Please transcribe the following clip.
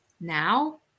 Now